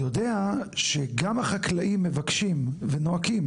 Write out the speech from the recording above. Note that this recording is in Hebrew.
אני יודע שגם החקלאים מבקשים ונואקים,